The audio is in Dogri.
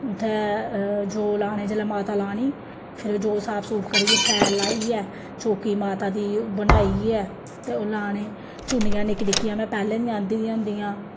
उत्थै जौ लाने जेल्लै माता लानी फिर जौ साफ सूफ करियै शैल लाइयै चौकी माता दी बनाइयै ते ओह् लाने चुन्नियां निक्की निक्कियां में पैह्लें दियां आंह्दी दियां होंदियां